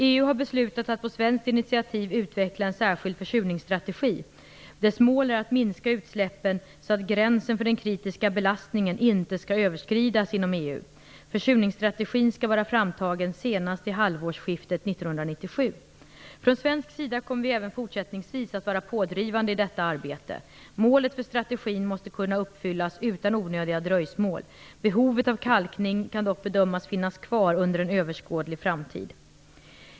EU har beslutat att på svenskt initiativ utveckla en särskild försurningsstrategi. Dess mål är att minska utsläppen så att gränsen för den kritiska belastningen inte skall överskridas inom EU. Försurningsstrategin skall vara framtagen senast till halvårsskiftet 1997. Från svensk sida kommer vi även fortsättningsvis att vara pådrivande i detta arbete. Målet för strategin måste kunna uppfyllas utan onödiga dröjsmål. Behovet av kalkning kan dock bedömas finnas kvar under en överskådlig framtid.